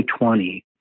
2020